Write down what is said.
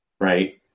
right